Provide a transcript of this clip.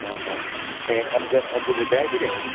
हा हा ऐं अघ अघु ॿुधाए छॾियांव